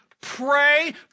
pray